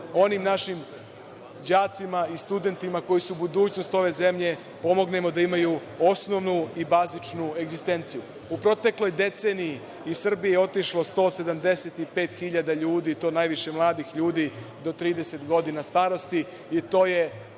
onim našim đacima i studentima, koji su budućnost ove zemlje, pomognemo da imaju osnovnu i bazičnu egzistenciju. U protekloj deceniji iz Srbije je otišlo 175 hiljada ljudi, i to najviše mladih ljudi do 30 godina starosti. To je